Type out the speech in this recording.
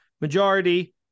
majority